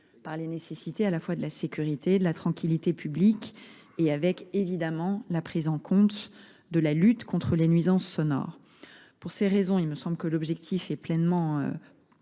par les nécessités à la fois de la sécurité, de la tranquillité publique et avec évidemment la prise en compte de la lutte contre les nuisances sonores. Pour ces raisons, il me semble que l'objectif est pleinement